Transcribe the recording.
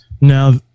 Now